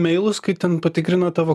meilus kai ten patikrina tavo